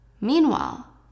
Meanwhile